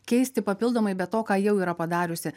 keisti papildomai be to ką jau yra padariusi